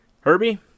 Herbie